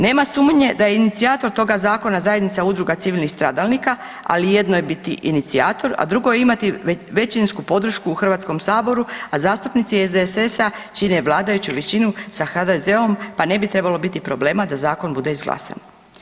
Nema sumnje da je inicijator toga zakona zajednica udruga civilnih stradalnika ali jedno je biti inicijator, a drugo je imati većinsku podršku u Hrvatskom saboru, a zastupnici SDSS čine vladajuću većinu sa HDZ-om pa ne bi trebalo biti problema da zakon bude izglasan.